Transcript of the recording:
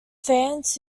fans